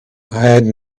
had